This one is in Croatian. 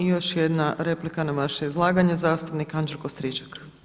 I još jedna replika na vaše izlaganje zastupnik Anđelko Stričak.